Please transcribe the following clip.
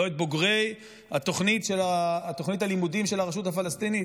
לא את בוגרי תוכנית הלימודים של הרשות הפלסטינית,